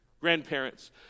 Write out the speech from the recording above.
grandparents